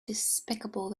despicable